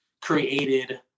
created